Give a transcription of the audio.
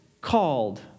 called